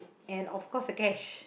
and of course the cash